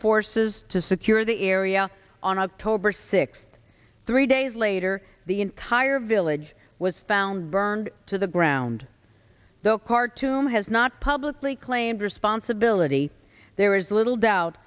forces to secure the area on october sixth three days later the entire village was found burned to the ground though khartoum has not publicly claimed responsibility there is little doubt